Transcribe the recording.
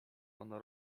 ono